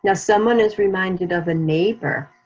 and someone is reminded of a neighbor,